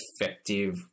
effective